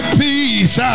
peace